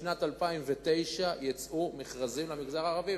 בשנת 2009 יצאו מכרזים למגזר הערבי,